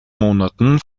monaten